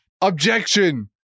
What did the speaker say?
Objection